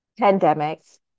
pandemics